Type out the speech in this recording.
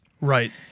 Right